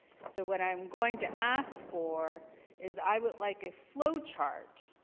so what i'm going to ask for is i would like a flowchart